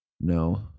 No